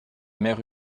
mère